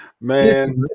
Man